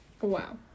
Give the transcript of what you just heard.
Wow